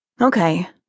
Okay